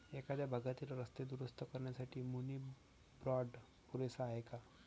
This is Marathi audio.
एखाद्या भागातील रस्ते दुरुस्त करण्यासाठी मुनी बाँड पुरेसा आहे का?